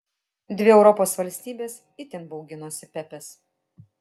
dvi europos valstybės itin bauginosi pepės